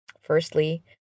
Firstly